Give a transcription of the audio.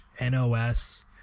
NOS